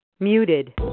Muted